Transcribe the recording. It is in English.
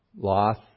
Loss